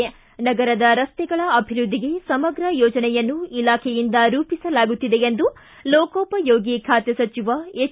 ಹುಬ್ಬಳ್ಳಿ ನಗರರದ ರಸ್ತೆಗಳ ಅಭಿವೃದ್ಧಿಗೆ ಸಮಗ್ರ ಯೋಜನೆಯನ್ನು ಇಲಾಖೆಯಿಂದ ರೂಪಿಸಲಾಗುತ್ತಿದೆ ಎಂದು ಲೋಕೋಪಯೋಗಿ ಖಾತೆ ಸಚಿವ ಹೆಚ್